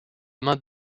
main